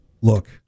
Look